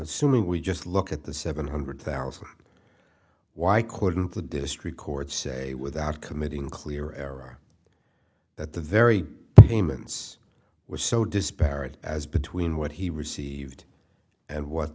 assuming we just look at the seven hundred thousand why couldn't the district court say without committing a clear error that the very payments were so disparate as between what he received and what